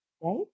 right